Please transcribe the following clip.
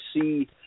see